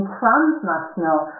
transnational